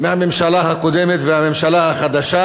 מהממשלה הקודמת והממשלה החדשה.